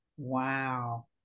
Wow